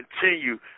continue